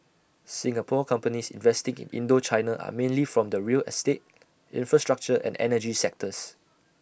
Singapore companies investigate Indochina are mainly from the real estate infrastructure and energy sectors